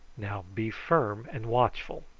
now be firm and watchful.